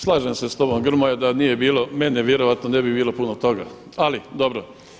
Slažem se s tobom Grmoja da nije bilo mene vjerojatno ne bi bilo puno toga, ali dobro.